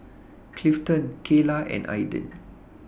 Clifton Kayla and Aidyn